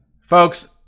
folks